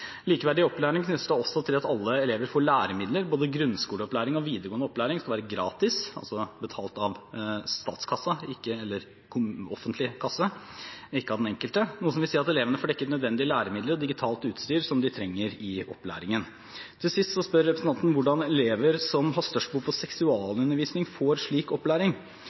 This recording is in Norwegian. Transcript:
Likeverdig opplæring knyttes også til at alle elever får læremidler. Både grunnskoleopplæring og videregående opplæring skal være gratis, altså betalt av den offentlige kasse og ikke av den enkelte, noe som betyr at elevene får dekket nødvendige læremidler og digitalt utstyr som de trenger i opplæringen. Til sist spør representanten hvordan elever som har størst behov for seksualundervisning, får slik opplæring.